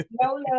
no